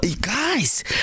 Guys